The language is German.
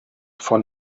von